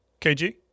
KG